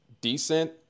decent